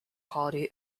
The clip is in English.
quality